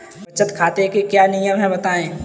बचत खाते के क्या नियम हैं बताएँ?